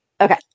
Okay